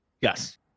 Yes